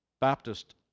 Baptist